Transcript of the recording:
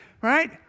right